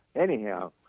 anyhow,